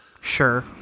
Sure